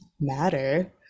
matter